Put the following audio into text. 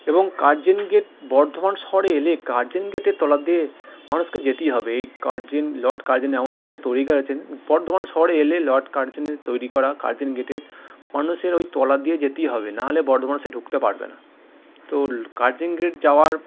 এবং Curzon gate Bardhaman শহরে এলে কার্জন গেটের তলা দিয়ে মানুষকে যেতেই হবে এই কার্জন লর্ড কার্জন এমন জিনিসটা তৈরি করেছেন বর্ধমান শহরে এলে লর্ড কার্জেনের তৈরি করা কার্জন গেটের মানুষের ওই তলা দিয়ে যেতেই হবে না হলে বর্ধমানে সে ঢুকতেই পারবে না তো কার্জন গেট যাওয়ার